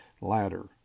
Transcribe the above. Ladder